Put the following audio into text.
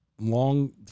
long